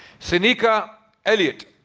sinikka elliott.